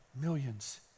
millions